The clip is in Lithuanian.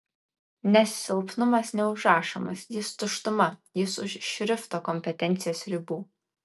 nes silpnumas neužrašomas jis tuštuma jis už šrifto kompetencijos ribų